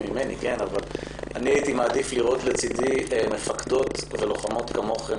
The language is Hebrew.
ממני הייתי מעדיף לראות לצדי מפקדות ולוחמות כמוכן,